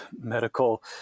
medical